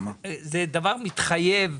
זה דבר מתחייב,